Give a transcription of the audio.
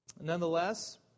Nonetheless